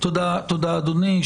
תודה אדוני,